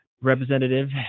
representative